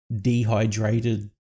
dehydrated